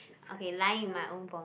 okay lying in my own vomit